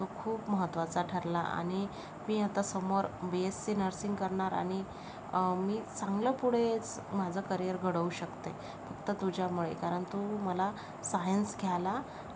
तो खूप महत्वाचा ठरला आणि मी आता समोर बी एस सी नर्सिंग करणार आणि मी चांगलं पुढे माझं करियर घडवू शकते फक्त तुझ्यामुळे कारण तू मला सायन्स घ्यायला